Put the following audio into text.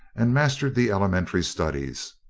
and mastered the elementary studies.